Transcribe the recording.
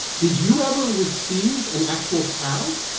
did you ever receive an actual cow?